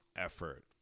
effort